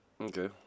Okay